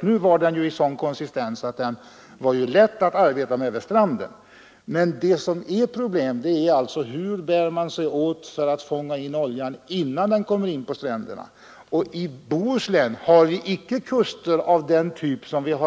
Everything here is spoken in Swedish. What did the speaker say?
Nu var oljans konsistens sådan att den var lätt att arbeta med vid stranden. Problemet är emellertid hur man skall bära sig åt för att fånga in oljan innan den kommer in till stränderna. I Bohuslän har vi inte kuster av den gynnsamma